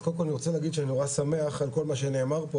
אז קודם כל אני רוצה להגיד שאני נורא שמח על כל מה שנאמר פה,